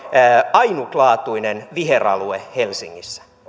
ainutlaatuinen viheralue helsingissä